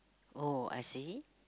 oh I see